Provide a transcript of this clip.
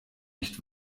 nicht